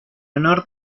honor